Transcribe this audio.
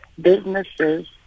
businesses